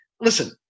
listen